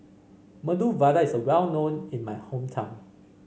Medu Vada is well known in my hometown